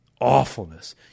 awfulness